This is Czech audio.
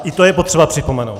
I to je potřeba připomenout.